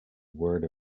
word